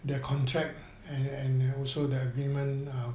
their contract and also the agreement